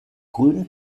grünem